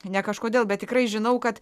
ne kažkodėl bet tikrai žinau kad